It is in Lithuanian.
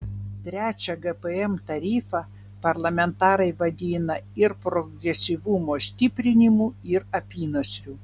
trečią gpm tarifą parlamentarai vadina ir progresyvumo stiprinimu ir apynasriu